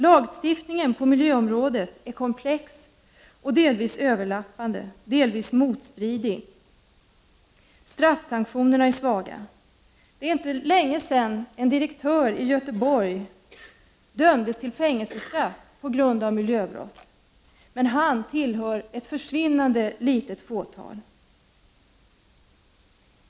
Lagstiftningen på miljöområdet är komplex, delvis överlappande och delvis motstridig. Straffsanktionerna är svaga. Det är inte länge sedan en direktör i Göteborg dömdes till fängelsestraff för miljöbrott. Men han är en av ett försvinnande litet fåtal.